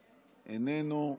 איננו,